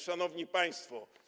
Szanowni Państwo!